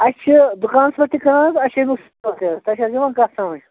اَسہِ چھِ دُکانَس پٮ۪ٹھ تہِ اَسہِ چھِ تۄہہِ چھا حظ یِوان کَتھ سمٕجھ